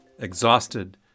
exhausted